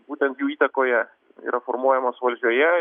būtent jų įtakoje yra formuojamos valdžioje